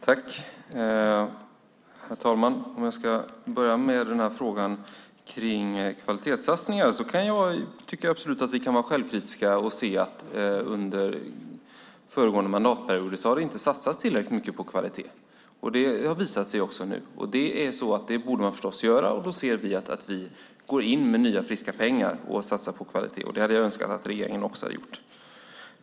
Herr talman! Låt mig börja med frågan om kvalitetssatsningar. Jag kan absolut tycka att vi kan vara självkritiska och inse att det inte satsats tillräckligt mycket på kvalitet under tidigare mandatperioder, vilket nu visar sig. Det borde man förstås ha gjort, och därför anser vi att man ska gå in med nya friska pengar och satsa på kvalitet. Jag hade önskat att regeringen gjort det.